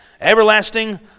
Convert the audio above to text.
everlasting